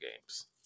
games